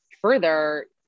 further